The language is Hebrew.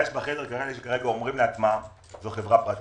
הבעיה היא שיש פה כאלה שאומרים לעצמם: זו חברה פרטית,